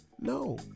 No